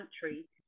country